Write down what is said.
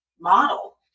model